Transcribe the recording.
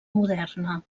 moderna